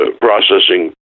processing